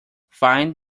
find